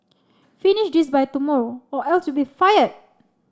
finish this by tomorrow or else you'll be fired